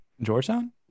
Georgetown